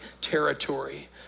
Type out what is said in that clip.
territory